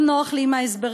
לא נוח לי עם ההסברים,